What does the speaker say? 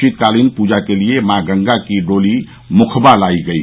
शीतकालीन पूजा के लिए मां गंगा की डोली मुखबा लाई गयी